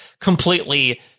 completely